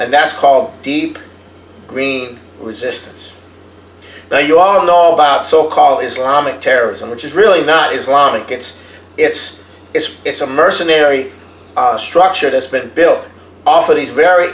and that's called deep green resistance now you are all about so called islamic terrorism which is really not islamic it's it's it's it's a mercenary structure this been built off of these very